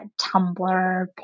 Tumblr